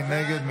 מי נגד?